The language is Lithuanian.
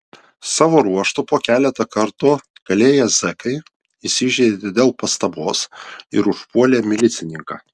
savo ruožtu po keletą kartų kalėję zekai įsižeidė dėl pastabos ir užpuolė milicininką